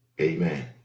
Amen